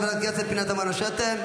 הוא בא ללמוד פה קצת תורה.